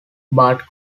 but